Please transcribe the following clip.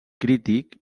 crític